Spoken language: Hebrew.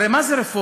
הרי מה זה רפורמים?